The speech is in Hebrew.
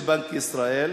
ממשיכים בסדר-היום: